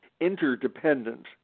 interdependent